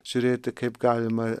žiūrėti kaip galima